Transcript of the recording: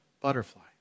butterfly